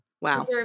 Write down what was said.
Wow